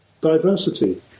diversity